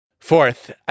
Fourth